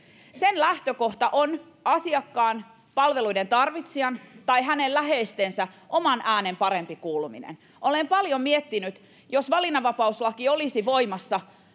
sen lähtökohta on asiakkaan palveluiden tarvitsijan tai hänen läheistensä oman äänen parempi kuuluminen olen paljon miettinyt että jos valinnanvapauslaki olisi voimassa